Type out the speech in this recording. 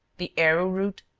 the arrow root,